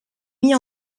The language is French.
mis